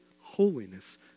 holiness